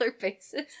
basis